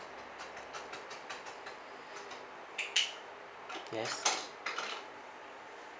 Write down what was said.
yes